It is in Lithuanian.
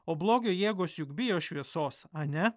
o blogio jėgos juk bijo šviesos ane